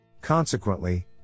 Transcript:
Consequently